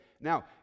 Now